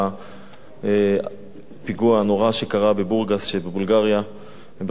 הפיגוע הנורא שקרה בבורגס שבבולגריה בשעה האחרונה,